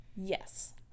Yes